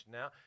now